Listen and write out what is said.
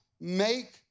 make